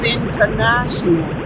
international